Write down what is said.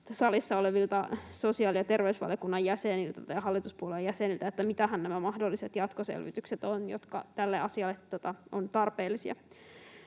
salissa olevilta sosiaali- ja terveysvaliokunnan jäseniltä tai hallituspuolueiden jäseniltä, mitähän nämä mahdolliset jatkoselvitykset ovat, jotka tässä asiassa ovat tarpeellisia.